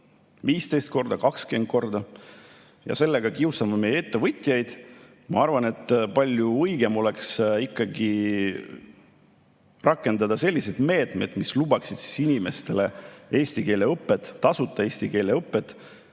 15 korda, 20 korda, ja sellega kiusama meie ettevõtjaid, ma arvan, et palju õigem oleks ikkagi rakendada selliseid meetmeid, mis lubaksid inimestele eesti keele õpet, tasuta eesti keele õpet.